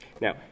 Now